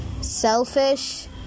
selfish